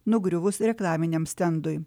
nugriuvus reklaminiam stendui